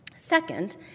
Second